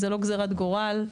זו לא גזירת גורל.